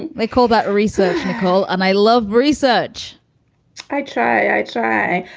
and they call that research, nicole and i love research i try. i try.